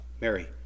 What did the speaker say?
Mary